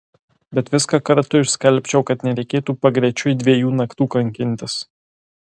bet viską kartu išskalbčiau kad nereikėtų pagrečiui dviejų naktų kankintis